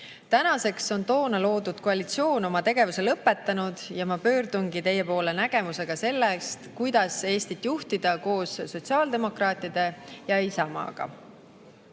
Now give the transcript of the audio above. Tänaseks on toona loodud koalitsioon oma tegevuse lõpetanud ja ma pöördungi teie poole nägemusega sellest, kuidas Eestit juhtida koos sotsiaaldemokraatide ja Isamaaga. Kuigi